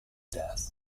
death